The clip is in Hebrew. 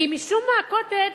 כי משום מה ה"קוטג'"